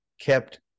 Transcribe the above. kept